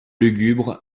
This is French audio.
lugubre